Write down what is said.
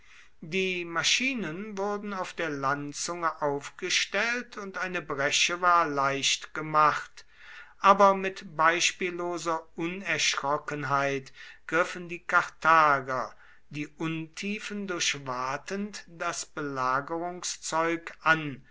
die maschinen wurden auf der landzunge aufgestellt und eine bresche war leicht gemacht aber mit beispielloser unerschrockenheit griffen die karthager die untiefen durchwatend das belagerungszeug an